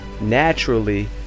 naturally